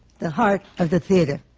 the heart of the theatre.